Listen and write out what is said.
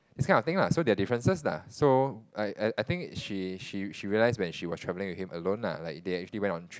this kind of thing lah so there are differences lah so I I I think she she she realized when she was traveling with him alone lah like they actually went on trip